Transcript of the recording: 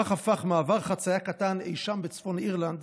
כך הפך מעבר חציה קטן אי שם בצפון אירלנד